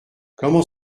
comment